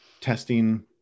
testing